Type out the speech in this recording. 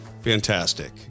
fantastic